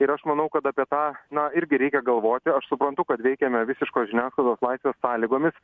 ir aš manau kad apie tą na irgi reikia galvoti aš suprantu kad veikiame visiškos žiniasklaidos laisvės sąlygomis